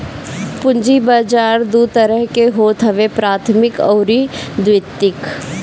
पूंजी बाजार दू तरह के होत हवे प्राथमिक अउरी द्वितीयक